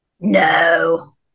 No